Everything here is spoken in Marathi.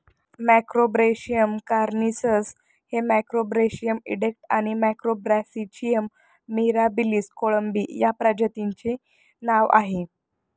मॅक्रोब्रेशियम कार्सिनस हे मॅक्रोब्रेशियम इडेक आणि मॅक्रोब्रॅचियम मिराबिलिस कोळंबी या प्रजातींचे नाव आहे